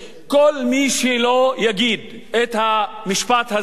כל מי שלא יגיד את המשפט הזה,